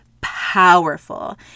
powerful